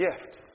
gifts